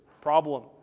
problem